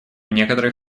некоторых